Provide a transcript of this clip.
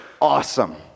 awesome